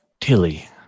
Tilly